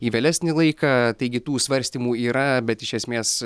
į vėlesnį laiką taigi tų svarstymų yra bet iš esmės